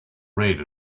red